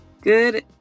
Good